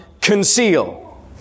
conceal